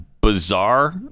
bizarre